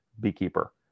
beekeeper